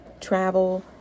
travel